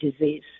disease